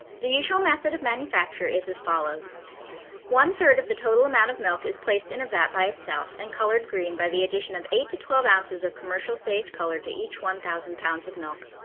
the usual method of manufacture is as follows one-third of the total amount of milk is placed in a vat by itself and colored green by the addition of eight to twelve ounces of commercial sage color to each one thousand pounds of milk.